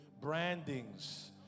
brandings